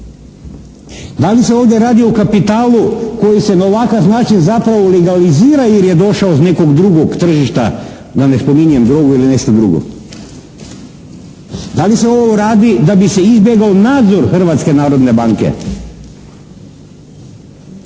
Da li se ovdje radi o kapitalu koji se na ovakav način zapravo legalizira jer je došao iz nekog drugog tržišta da ne spominjem drogu ili nešto drugo? Da li se ovo radi da bi se izbjegao nadzor Hrvatske narodne banke?